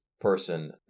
person